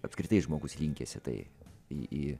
apskritai žmogus linkęs į tai į į